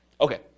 Okay